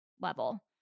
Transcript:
level